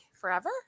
forever